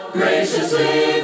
graciously